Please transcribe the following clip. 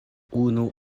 unu